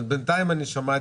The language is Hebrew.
לא, לא, לי יש בעיה.